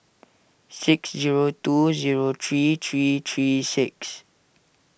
six zero two zero three three three six